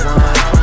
one